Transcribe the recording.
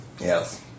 Yes